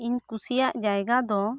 ᱤᱧ ᱠᱩᱥᱤᱭᱟᱜ ᱡᱟᱭᱜᱟ ᱫᱚ